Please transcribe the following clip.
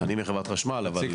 אני מנהל